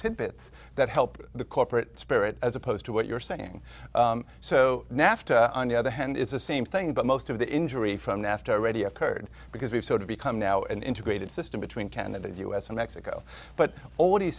tidbits that help the corporate spirit as opposed to what you're saying so nafta on the other hand is the same thing but most of the injury from nafta already occurred because we've sort of become now an integrated system between canada the u s and mexico but